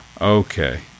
Okay